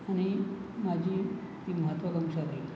आणि माझी ती महत्वाकांक्षा राहील